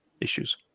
issues